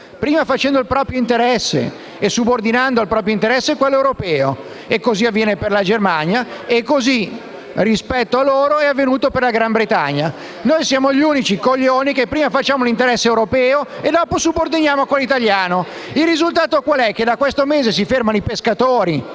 prima facendo il proprio interesse e subordinando al proprio interesse quello europeo. E così avviene per la Germania e così, rispetto a loro, è avvenuto per il Regno Unito. Noi siamo gli unici coglioni che facciamo prima l'interesse europeo e che lo subordiniamo a quello italiano. Il risultato qual è? Da questo mese si fermano i pescatori